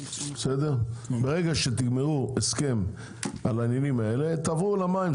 ברגע שתגמרו הסכם על העניינים האלה תעברו למים,